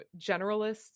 generalists